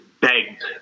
begged